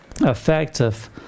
Effective